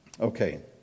Okay